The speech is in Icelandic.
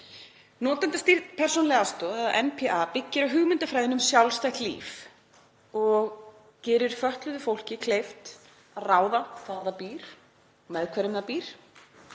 Notendastýrð persónuleg aðstoð, eða NPA, byggir á hugmyndafræðinni um sjálfstætt líf og gerir fötluðu fólki kleift ráða hvar það býr og með hverjum það býr.